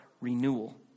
renewal